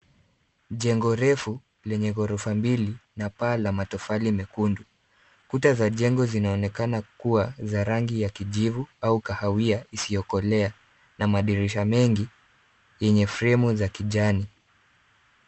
Jengo refu lenye ghorofa mbili na paa la matofali mekundu. Kuta za jengo zinaonekana kuwa za rangi ya kijivu au kahawia isiyokolea na madirisha mengi yenye fremu za kijani.